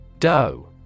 DOE